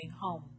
home